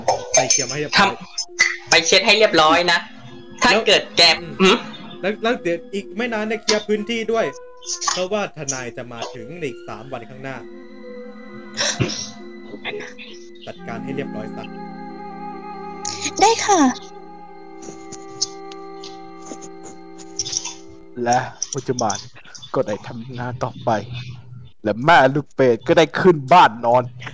ไปเคลียร์มาให้เรียบร้อยทำ- ไปเช็ดให้เรียบร้อยนะ ถ้าแล้ว-เกิดแกม-หืม? แล้ว- แล้วเดี๋ยวอีกไม่นานได้เคลียร์พื้นที่ด้วย เพราะว่าทนายจะมาถึงในอีกสามวันข้างหน้าเอาไปนะจัดการให้เรียบร้อยสัก-ได้ค่ะและผู้จะมาก็ได้ทำงานต่อไป และแม่ลูกเปรตก็ได้ขึ้นบ้านนอน